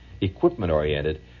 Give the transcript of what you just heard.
equipment-oriented